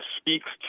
speaks